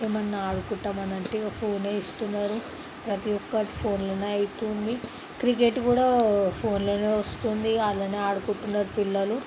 ఏమన్నా ఆడుకుంటాం అని అంటే ఫోనే ఇస్తున్నారు ప్రతి ఒక్కటి ఫోన్లోనే అవుతుంది క్రికెట్ కూడా ఫోన్లోనే వస్తుంది అలానే ఆడుకుంటున్నారు పిల్లలు